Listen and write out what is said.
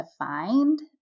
Defined